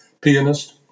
pianist